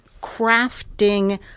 crafting